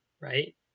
right